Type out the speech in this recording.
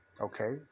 Okay